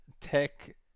tech